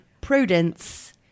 Prudence